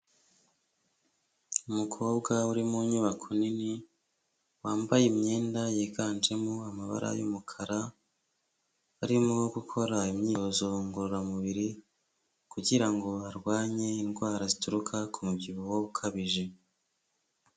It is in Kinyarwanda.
Umukobwa uri mu nyubako nini, wambaye imyenda yiganjemo amabara y'umukara, arimo gukora imyitozo ngororamubiri kugira ngo arwanye indwara zituruka ku mubyibuho ukabije.